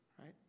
right